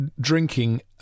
drinking